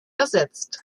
ersetzt